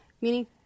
Meaning